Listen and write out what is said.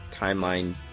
timeline